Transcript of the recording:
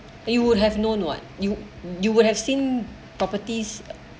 it would have known what you you would have seen properties